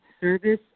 service